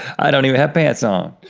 i don't even have pants on.